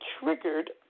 triggered